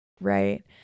Right